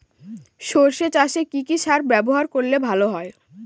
সর্ষে চাসে কি কি সার ব্যবহার করলে ভালো হয়?